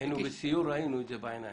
היינו בסיור, ראינו את זה בעיניים.